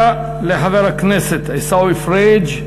תודה לחבר הכנסת עיסאווי פריג'.